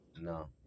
No